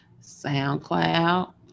soundcloud